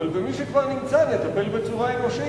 אבל במי שכבר נמצא נטפל בצורה אנושית.